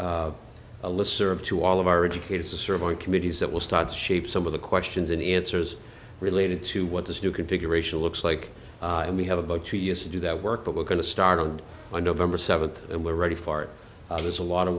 out a list serve to all of our educators to serve on committees that will start to shape some of the questions and answers related to what this new configuration looks like and we have about two years to do that work but we're going to start on november seventh and we're ready far there's a lot of